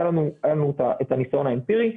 היה לנו את הניסיון האמפירי,